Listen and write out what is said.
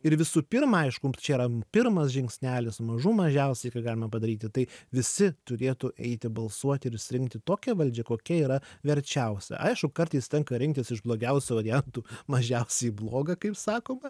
ir visų pirma aišku čia yra pirmas žingsnelis mažų mažiausiai ką galime padaryti tai visi turėtų eiti balsuoti ir išsirinkti tokią valdžią kokia yra verčiausia aišku kartais tenka rinktis iš blogiausių variantų mažiausiai blogą kaip sakoma